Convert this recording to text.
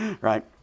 Right